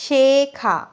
শেখা